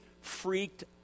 Freaked